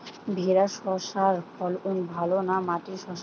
ভেরার শশার ফলন ভালো না মাটির শশার?